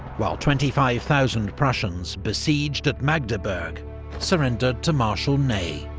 while twenty five thousand prussians besieged at magdeburg surrendered to marshal ney.